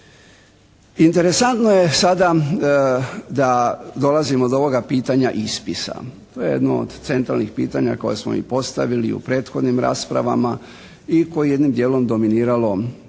Interesantno je sada da dolazimo do ovoga pitanja ispisa. To je jedno od centralnih pitanja koje smo i postavili u prethodnim raspravama i koje je jedinim dijelom dominiralo i